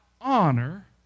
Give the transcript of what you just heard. honor